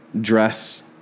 dress